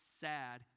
sad